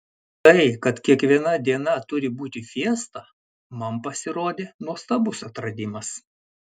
tai kad kiekviena diena turi būti fiesta man pasirodė nuostabus atradimas